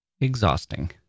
exhausting